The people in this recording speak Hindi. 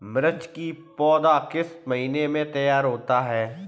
मिर्च की पौधा किस महीने में तैयार होता है?